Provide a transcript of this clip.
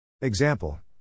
Example